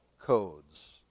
codes